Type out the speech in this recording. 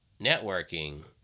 networking